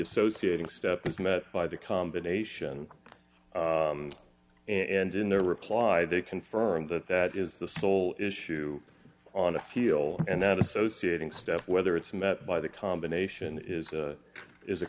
associating step is met by the combination and in their reply they confirm that that is the sole issue on appeal and that associating step whether it's met by the combination is it is a